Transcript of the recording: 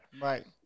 Right